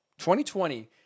2020